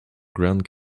grand